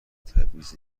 تبعیض